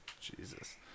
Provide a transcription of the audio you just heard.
Jesus